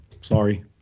Sorry